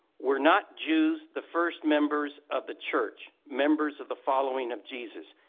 were not jews the first members of the church, members of the following of jesus?